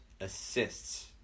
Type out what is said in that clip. assists